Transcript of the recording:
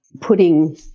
putting